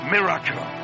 Miracle